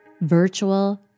virtual